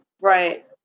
Right